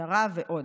משטרה ועוד.